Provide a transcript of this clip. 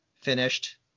finished